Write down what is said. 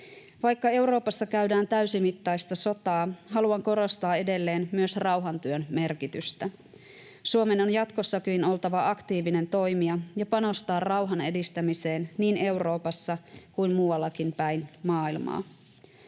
Vaikka Euroopassa käydään täysimittaista sotaa, haluan korostaa edelleen myös rauhantyön merkitystä. Suomen on jatkossakin oltava aktiivinen toimija ja panostettava rauhan edistämiseen niin Euroopassa kuin muuallakin päin maailmaa.